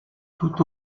tout